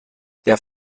der